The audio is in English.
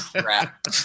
crap